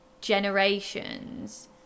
generations